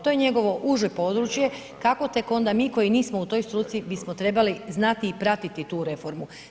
To je njegovo uže područje, kako tek onda mi koji nismo u toj struci bismo trebali znati i pratiti tu reformu?